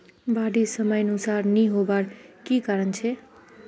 बारिश समयानुसार नी होबार की कारण छे?